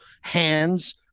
hands